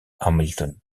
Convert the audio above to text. hamilton